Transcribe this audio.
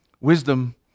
Wisdom